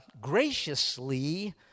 graciously